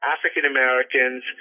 African-Americans